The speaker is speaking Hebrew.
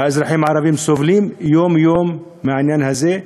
האזרחים הערבים סובלים יום-יום מהעניין הזה.